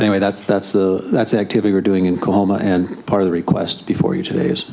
anyway that's that's that's actively we're doing in coma and part of the request before you today